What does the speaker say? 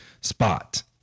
spot